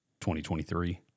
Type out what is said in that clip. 2023